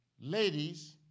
ladies